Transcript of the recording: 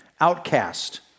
outcast